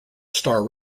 star